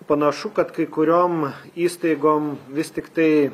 panašu kad kai kuriom įstaigom vis tiktai